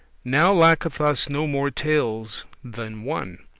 now lacketh us no more tales than one.